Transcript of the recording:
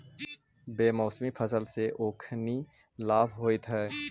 बेमौसमी फसल से ओखनी लाभ होइत हइ